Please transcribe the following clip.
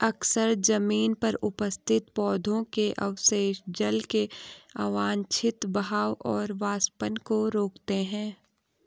अक्सर जमीन पर उपस्थित पौधों के अवशेष जल के अवांछित बहाव और वाष्पन को रोकते हैं